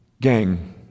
gang